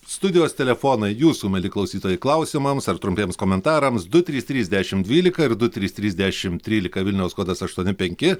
studijos telefonai jūsų mieli klausytojai klausimams ar trumpiems komentarams du trys trys dešim dvylika ir du trys trys dešim trylika vilniaus kodas aštuoni penki